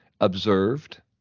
observed